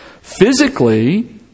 Physically